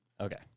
Okay